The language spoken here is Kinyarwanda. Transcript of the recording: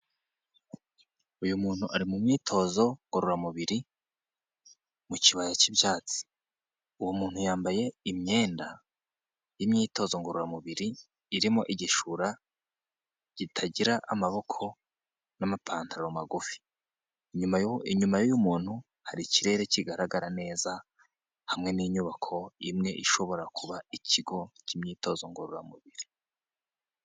Uyu muntu ari mu myitozo ngororamubiri, mu kibaya cy'ibyatsi, uwo muntu yambaye imyenda y'imyitozo ngororamubiri irimo igishura kitagira amaboko n'amapantaro magufi, inyuma y'uyu muntu hari ikirere kigaragara neza hamwe n'inyubako imwe ishobora kuba ikigo cy'imyitozo ngororamubiri.